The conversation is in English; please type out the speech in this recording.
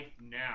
now